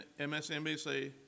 MSNBC